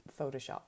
Photoshop